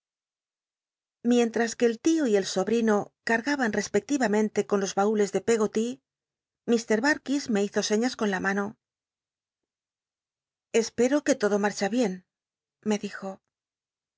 llientras que el tio y el sobrino cargaban respecthamente con los baules de peggoty ir darkis me hizo seiías con la mano espero que todo marcha bien me dijo